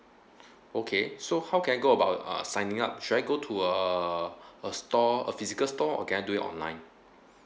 okay so how can I go about uh signing up should I go to a a store a physical store or can I do it online